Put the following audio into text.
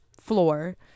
floor